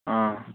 ꯑꯥ